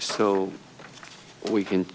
so we can